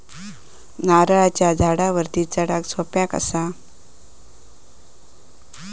नारळाच्या झाडावरती चडाक सोप्या कसा?